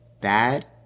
bad